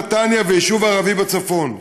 בנתניה וביישוב ערבי בצפון.